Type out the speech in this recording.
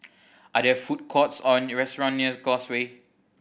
are there food courts or restaurant near Causeway